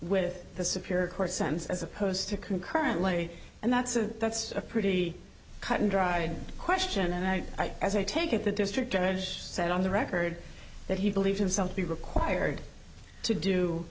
with the superior court sense as opposed to concurrently and that's a that's a pretty cut and dried question and i as i take it the district judge said on the record that he believed himself to be required to do